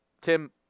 tim